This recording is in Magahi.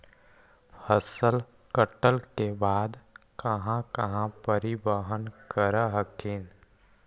फसल कटल के बाद कहा कहा परिबहन कर हखिन?